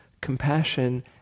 compassion